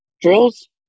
drills